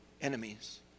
enemies